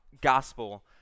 gospel